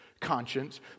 conscience